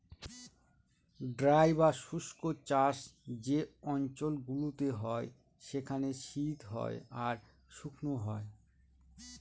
dry বা শুস্ক চাষ যে অঞ্চল গুলোতে হয় সেখানে শীত হয় আর শুকনো হয়